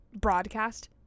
broadcast